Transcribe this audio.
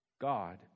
God